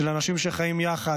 של אנשים שחיים יחד,